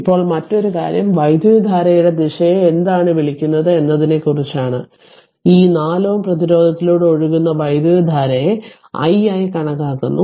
ഇപ്പോൾ മറ്റൊരു കാര്യം വൈദ്യുതധാരയുടെ ദിശയെ എന്താണ് വിളിക്കുന്നത് എന്നതിനെക്കുറിച്ചാണ് ഈ 4 Ω പ്രതിരോധത്തിലൂടെ ഒഴുകുന്ന വൈദ്യുതധാരയെ i ആയി കണക്കാക്കുന്നു